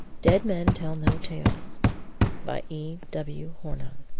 dead men tell no tales by e. w. hornung